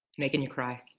making you cry.